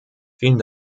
vielen